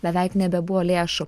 beveik nebebuvo lėšų